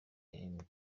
yahembwe